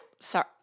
sorry